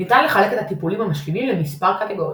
ניתן לחלק את הטיפולים המשלימים למספר קטגוריות.